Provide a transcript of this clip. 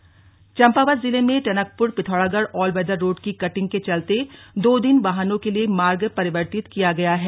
all weather road Champawat जिले में Tanakpur Pithoragarh all weather road की कटिंग के चलते दो दिन वाहनों के लिये मार्ग परिवर्तित किया गया है